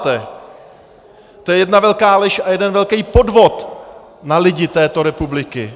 To je jedna velká lež a jeden velký podvod na lidi této republiky!